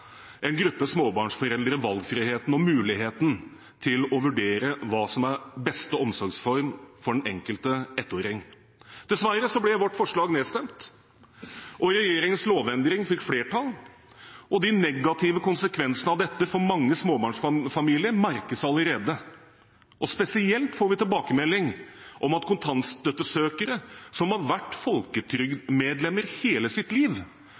vurdere hva som er beste omsorgsform for den enkelte ettåring. Dessverre ble vårt forslag nedstemt, og regjeringens lovendring fikk flertall. De negative konsekvensene av dette for mange småbarnsfamilier merkes allerede. Spesielt får vi tilbakemelding om at kontantstøttesøkere som har vært folketrygdmedlemmer hele sitt liv,